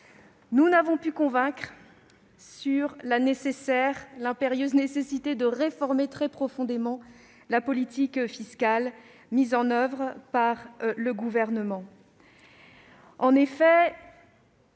pas parvenus à convaincre de l'impérieuse nécessité de réformer très profondément la politique fiscale mise en oeuvre par le Gouvernement